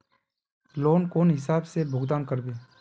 Loan कौन हिसाब से भुगतान करबे?